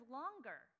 longer